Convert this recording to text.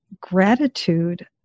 gratitude